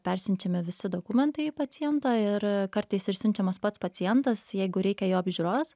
persiunčiami visi dokumentai paciento ir kartais ir siunčiamas pats pacientas jeigu reikia jo apžiūros